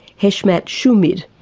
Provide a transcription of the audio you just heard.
heshmat shuhid,